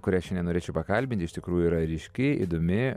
kuria šiandien nenorėčiau pakalbinti iš tikrųjų yra ryški įdomi